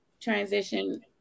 transition